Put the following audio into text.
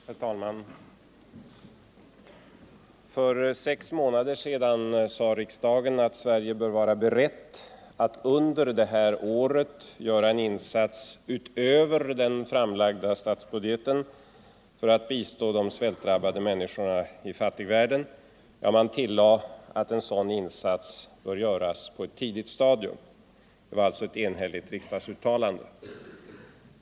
Herr talman! För sex månader sedan sade riksdagen att Sverige bör vara berett att under det här året göra en insats utöver den framlagda statsbudgeten för att bistå de svältdrabbade människorna i fattigvärlden, ja, att en sådan insats borde göras på ett tidigt stadium. Det var ett enhälligt riksdagsuttalande.